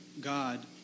God